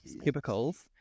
cubicles